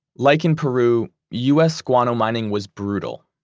like in peru, us guano mining was brutal,